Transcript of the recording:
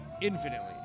infinitely